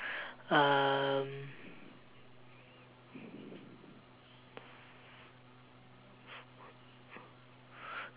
um